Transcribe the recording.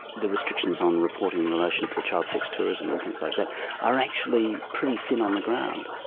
the restrictions on reporting in relation to child sex tourism and things like that are actually pretty thin on the ground.